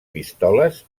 pistoles